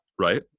right